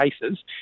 cases